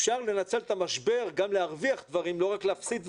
אפשר לנצל את המשבר גם להרוויח דברים ולא רק להפסיד דברים.